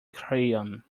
crayon